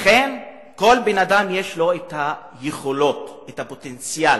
לכן, כל בן-אדם יש לו היכולות, הפוטנציאל,